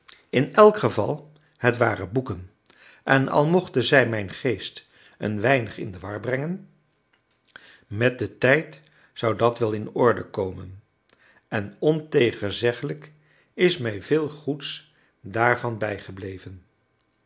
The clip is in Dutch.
in elk geval het waren boeken en al mochten zij mijn geest een weinig in de war brengen met den tijd zou dat wel in orde komen en ontegenzeglijk is mij veel goeds daarvan bijgebleven